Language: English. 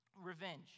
revenge